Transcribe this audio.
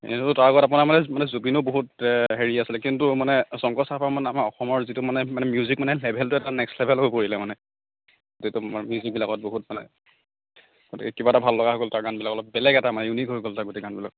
এনেতো তাৰ আগত আপোনাৰ মানে মানে জুবিনো বহুত বহুত হেৰি আছিলে কিন্তু মানে শংকুৰাজে মানে আমাৰ অসমৰ যিটো মানে মিউজিক লেভেলটো এটা নেক্সট লেভেল হৈ পৰিলে মানে এইটো মানে মিউজিকবিলাকত বহুত মানে গতিকে কিবা এটা ভাল লগা হৈ গ'ল তাৰ গানবিলাক অলপ বেলেগ এটা মানে ইউনিক হৈ গ'ল এই গানবিলাক